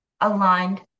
aligned